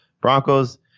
Broncos